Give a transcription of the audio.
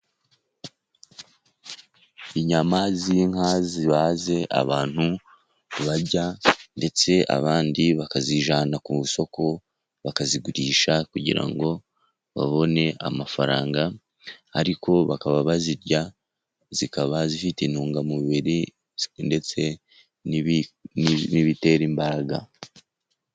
Inyama z'inka zibaze, abantu barya ndetse abandi bakazijyana ku isoko, bakazigurisha kugira ngo babone amafaranga, ariko bakaba bazirya zikaba zifite intungamubiri ndetse n'ibitera imbaraga.